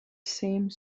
same